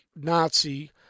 Nazi